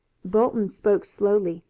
bolton spoke slowly,